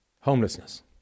Homelessness